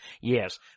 Yes